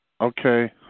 Okay